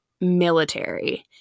military